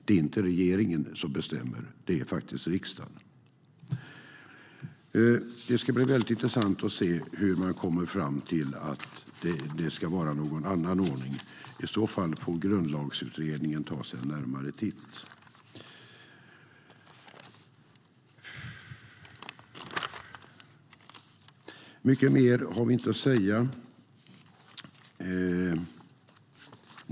Det är inte regeringen som bestämmer; det är faktiskt riksdagen. Mycket mer har vi inte att säga.